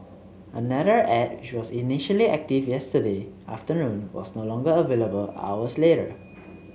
another ad which was initially active yesterday afternoon was no longer available hours later